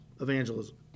evangelism